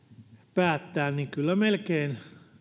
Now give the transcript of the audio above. päättää niin kyllä melkein